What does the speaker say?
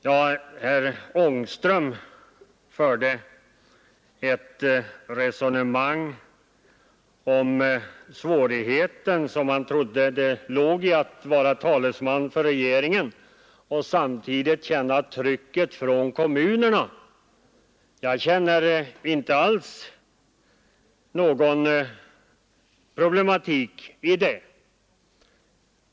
Herr Ångström trodde att det var svårt att vara talesman för regeringen och samtidigt känna trycket från kommunerna i Norrland. Jag känner inte alls det som något problem.